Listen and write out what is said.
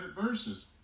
verses